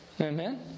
Amen